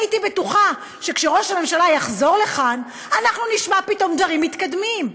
הייתי בטוחה שכשראש הממשלה יחזור לכאן אנחנו נשמע פתאום דברים מתקדמים.